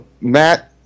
Matt